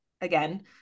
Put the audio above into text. again